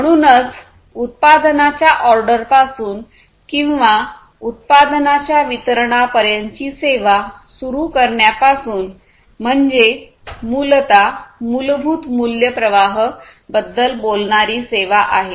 म्हणूनच उत्पादनाच्या ऑर्डरपासून किंवा उत्पादनाच्या वितरणापर्यंतची सेवा सुरू करण्यापासून म्हणजे मूलत मूलभूत मूल्य प्रवाह बद्दल बोलणारी सेवा आहे